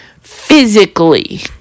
physically